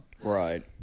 Right